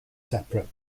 separate